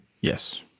Yes